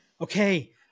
Okay